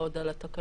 לעבוד על התקנות.